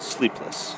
Sleepless